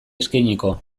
eskainiko